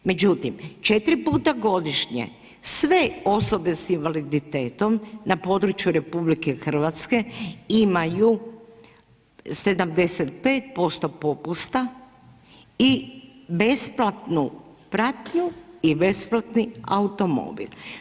Međutim, 4x godišnje sve osobe sa invaliditetom na području RH imaju 75% popusta i besplatnu pratnju i besplatni automobil.